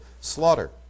slaughter